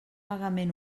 vagament